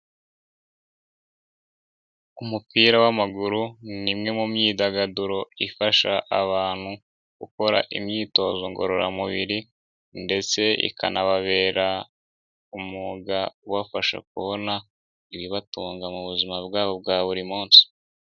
Umupira w'amaguru ni imwe mu myidagaduro ifasha abantu gukora imyitozo ngororamubiri ndetse ikanababera umwuga ubafasha kubona ibibatunga mu buzima bwabo bwa buri munsi.